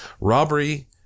robbery